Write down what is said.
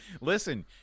listen